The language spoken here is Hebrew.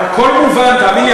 הכול מובן, תאמין לי.